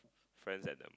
friends at the